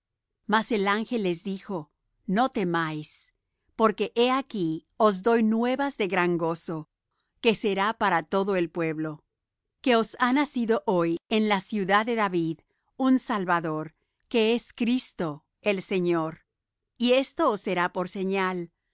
mas el ángel les dijo no temáis porque he aquí os doy nuevas de gran gozo que será para todo el pueblo que os ha nacido hoy en la ciudad de david un salvador que es cristo el señor y esto os será por señal